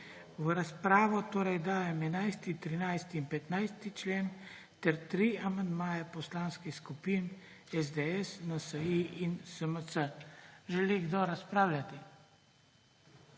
V razpravo torej dajem 11., 13. in 15. člen ter tri amandmaje poslanskih skupin SDS, NSi in SMC. Želi kdo razpravljati?